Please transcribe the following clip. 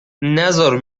نزار